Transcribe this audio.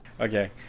Okay